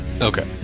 Okay